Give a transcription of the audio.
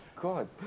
god